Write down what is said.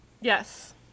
Yes